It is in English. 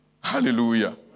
Hallelujah